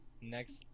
next